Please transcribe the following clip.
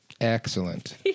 Excellent